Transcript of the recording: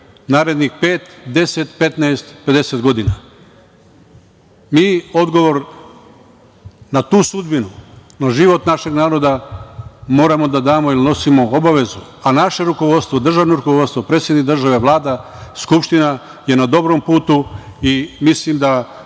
narednih pet, 10, 15, 50 godina? Mi odgovor na tu sudbinu, na život našeg naroda moramo da damo, jer nosimo obavezu, a naše rukovodstvo, državno rukovodstvo, predsednik države, Vlada, Skupština je na dobrom putu i mislim da